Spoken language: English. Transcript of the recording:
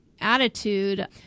attitude